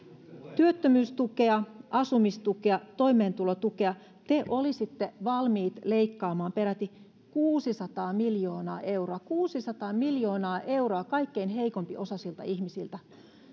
työttömyystukea asumistukea toimeentulotukea te olisitte valmiit leikkaamaan peräti kuusisataa miljoonaa euroa kuusisataa miljoonaa euroa kaikkein heikompiosaisilta ihmisiltä